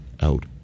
out